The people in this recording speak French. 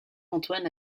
antoine